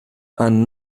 and